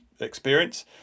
experience